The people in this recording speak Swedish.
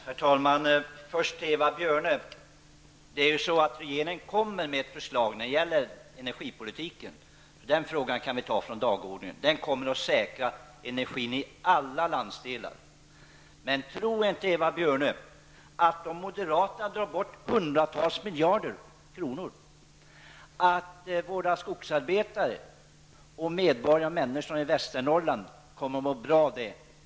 Herr talman! Först till Eva Björne. Regeringen kommer med ett förslag beträffande energipolitiken, så den frågan kan vi ta bort från dagordningen. Energin kommer att säkras i alla landsdelar. Men tro inte, Eva Björne, att våra skogsarbetare och människor i Västernorrland kommer att må bra av att moderaterna drar bort hundratals miljarder kronor.